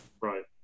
Right